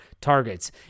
targets